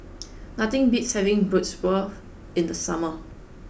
nothing beats having Bratwurst in the summer